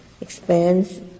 expands